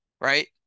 right